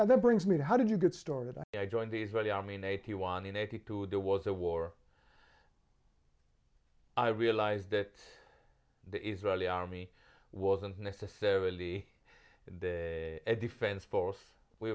and that brings me to how did you get started i joined the israeli army in eighty one in eighty two there was a war i realized that the israeli army wasn't necessarily a defense force we